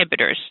inhibitors